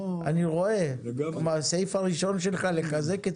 אני רואה מהסעיף הראשון שלך לחזק את